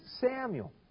Samuel